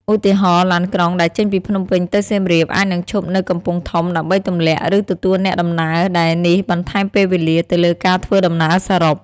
ឧទាហរណ៍ ឡានក្រុងដែលចេញពីភ្នំពេញទៅសៀមរាប អាចនឹងឈប់នៅកំពង់ធំដើម្បីទម្លាក់ ឬទទួលអ្នកដំណើរ ដែលនេះបន្ថែមពេលវេលាទៅលើការធ្វើដំណើរសរុប។